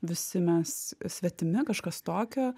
visi mes svetimi kažkas tokio